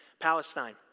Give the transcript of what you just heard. Palestine